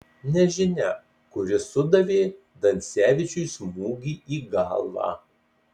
nežinia kuris sudavė dansevičiui smūgį į galvą